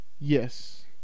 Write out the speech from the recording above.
Yes